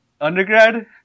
undergrad